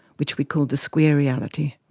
which we called the square reality.